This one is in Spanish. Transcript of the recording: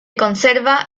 conserva